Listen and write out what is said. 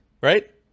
right